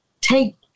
take